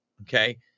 okay